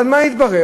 אבל מה התברר?